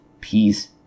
peace